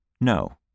No